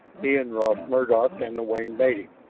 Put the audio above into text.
he and ross murdock and the winged native,